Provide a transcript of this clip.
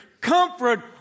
comfort